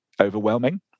overwhelming